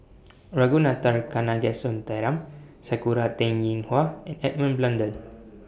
Ragunathar Kanagasuntheram Sakura Teng Ying Hua and Edmund Blundell